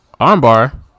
armbar